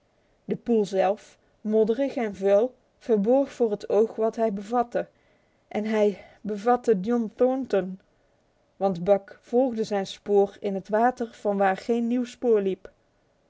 de poel zelf modderig en vuil verborg voor het oog wat hij bevatte en hij bevatte john thornton want buck volgde zijn spoor in het water vanwaar geen nieuw spoor liep